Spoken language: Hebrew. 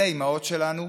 אלה האימהות שלנו,